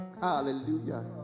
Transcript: hallelujah